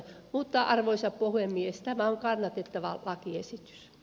mutta arvoisa puhemies tämä on kannatettava lakiesitys